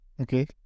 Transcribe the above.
Okay